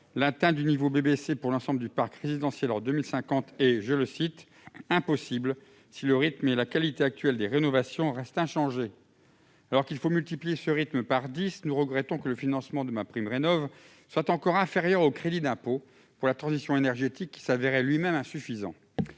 L'atteinte du niveau BBC pour l'ensemble du parc résidentiel en 2050 semble donc impossible si le rythme et la qualité actuels des rénovations restent inchangés. » Alors qu'il faut multiplier ce rythme par dix, nous regrettons que le financement de MaPrimeRénov'soit encore inférieur au crédit d'impôt pour la transition énergétique, qui était lui-même insuffisant.